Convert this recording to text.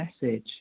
message